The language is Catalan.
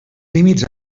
límits